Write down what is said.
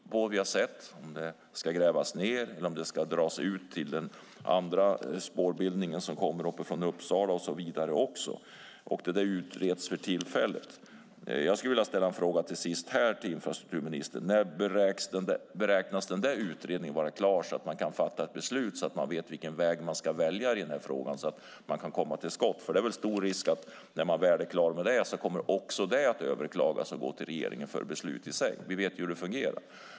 Som vi har sett handlar det om ifall den ska grävas ned eller om den ska dras ut till den andra spårbildningen som kommer från Uppsala. Detta utreds för tillfället. Till sist skulle jag vilja ställa en fråga till infrastrukturministern: När beräknas denna utredning vara klar så att man kan fatta ett beslut? Man behöver veta vilken väg man ska välja i frågan så att man kan komma till skott, för det är stor risk att när man väl är klar med detta kommer också det att överklagas och gå till regeringen för beslut. Vi vet hur det fungerar.